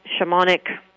shamanic